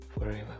forever